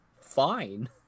Fine